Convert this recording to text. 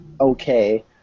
okay